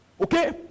Okay